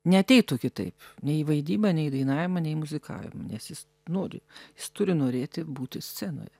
neateitų kitaip nei į vaidybą nei į dainavimą nei į muzikavimą nes jis nori jis turi norėti būti scenoje